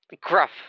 gruff